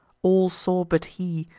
all saw, but he,